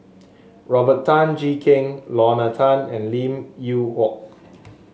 Robert Tan Jee Keng Lorna Tan and Lim Yew Hock